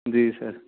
جی سر